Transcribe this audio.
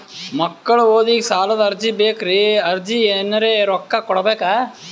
ಮಕ್ಕಳ ಓದಿಗಿ ಸಾಲದ ಅರ್ಜಿ ಬೇಕ್ರಿ ಅರ್ಜಿಗ ಎನರೆ ರೊಕ್ಕ ಕೊಡಬೇಕಾ?